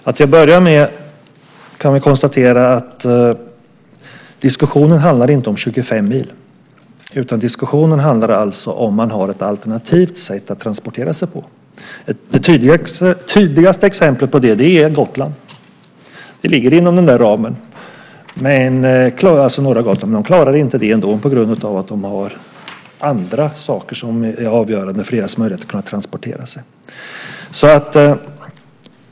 Fru talman! Till att börja med kan vi konstatera att diskussionen inte handlar om 25 mil. Diskussionen handlar om huruvida man har ett alternativt sätt att transportera sig på. Det tydligaste exemplet på det är Gotland. Det ligger inom den ramen. Men man klarar inte det ändå på norra Gotland på grund av att det finns andra saker som är avgörande för deras möjlighet att kunna transportera sig.